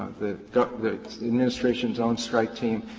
the administration's own strike team.